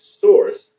source